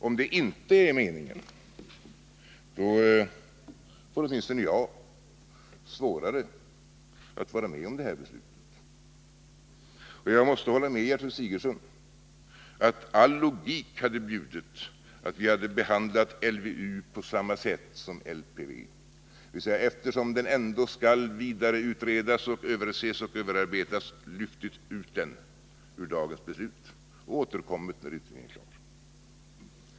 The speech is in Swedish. Om det inte är meningen får åtminstone jag svårare att vara med om det här beslutet. Och jag måste hålla med Gertrud Sigurdsen om att all logik hade bjudit att vi hade behandlat LVU på samma sätt som LPV, dvs. — eftersom den ändå skall vidareutredas, överses och överarbetas — lyft ut den ur dagens beslut och återkommit när utredningen är klar.